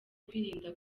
kwirinda